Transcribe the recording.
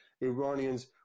Iranians